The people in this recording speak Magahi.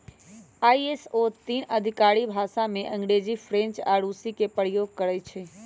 आई.एस.ओ तीन आधिकारिक भाषामें अंग्रेजी, फ्रेंच आऽ रूसी के प्रयोग करइ छै